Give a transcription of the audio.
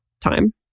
time